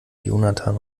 jonathan